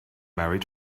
married